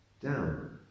down